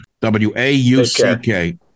W-A-U-C-K